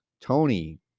Tony